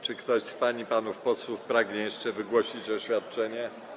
Czy ktoś z pań i panów posłów pragnie jeszcze wygłosić oświadczenie?